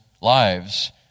lives